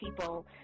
people